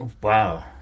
wow